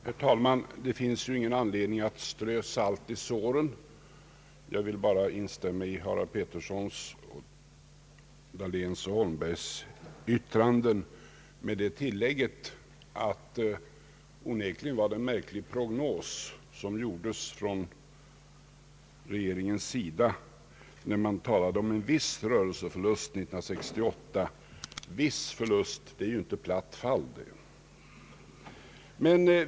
Herr talman! Det finns ju ingen anledning att strö salt i såren. Jag vill instämma i herrar Harald Petterssons, Dahléns och Holmbergs yttranden. Jag vill dock tillägga att det onekligen var en märklig prognos som gjordes från regeringens sida när man talade om en viss rörelseförlust 1968. ”Viss rörelseförlust” är ju inte platt fall.